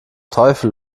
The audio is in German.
teufel